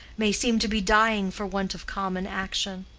may seem to be dying for want of common action.